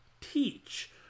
teach